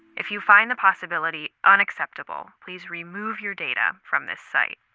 if you find the possibility unacceptable, please remove your data from this site.